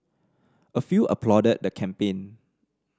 a few applauded the campaign